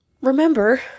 Remember